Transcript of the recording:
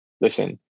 listen